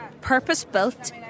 purpose-built